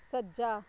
ਸੱਜਾ